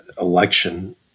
election